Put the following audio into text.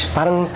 Parang